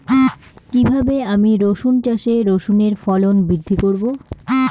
কীভাবে আমি রসুন চাষে রসুনের ফলন বৃদ্ধি করব?